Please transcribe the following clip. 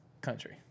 country